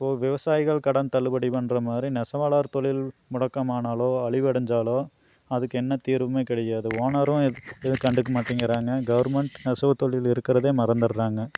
அப்போது விவசாயிகள் கடன் தள்ளுபடி பண்ற மாதிரி நெசவாளர் தொழில் முடக்கமானாலோ அழிவடைஞ்சாலோ அதுக்கு என்ன தீர்வுமே கிடையாது ஓனரும் எதுவும் கண்டுக்க மாட்டேங்கிறாங்க கவர்மெண்ட் நெசவுத் தொழில் இருக்கிறதே மறந்துடறாங்க